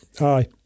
Aye